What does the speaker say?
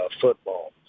football